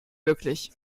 wirklich